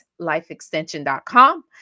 lifeextension.com